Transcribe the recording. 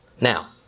Now